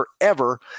forever